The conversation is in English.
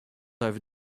over